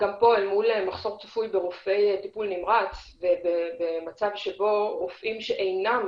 גם פה אל מול מחסור צפוי ברופאי טיפול נמרץ ובמצב שבו רופאים שאינם